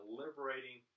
liberating